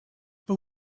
but